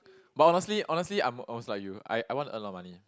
but honestly honestly I'm almost like you I I want to earn a lot of money